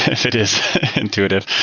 if it is intuitive.